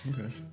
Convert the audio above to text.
Okay